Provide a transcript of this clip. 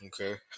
Okay